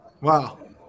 Wow